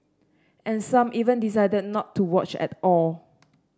and some even decided not to watch at all